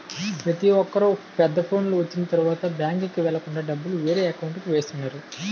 ప్రతొక్కరు పెద్ద ఫోనులు వచ్చిన తరువాత బ్యాంకుకి వెళ్ళకుండా డబ్బులు వేరే అకౌంట్కి వేస్తున్నారు